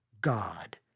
God